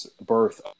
birth